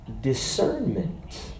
discernment